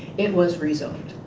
it was rezoned.